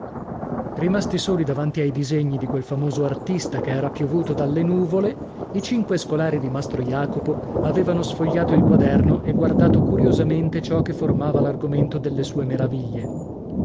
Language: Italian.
rimasti soli davanti ai disegni di quel famoso artista che era piovuto dalle nuvole i cinque scolari di mastro jacopo avevano sfogliato il quaderno e guardato curiosamente ciò che formava l'argomento delle sue meraviglie